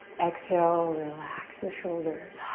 exhale, relax the shoulders.